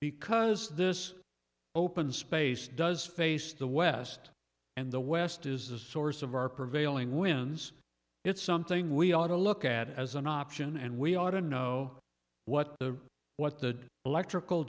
because this open space does face the west and the west is the source of our prevailing winds it's something we ought to look at as an option and we ought to know what the what the electrical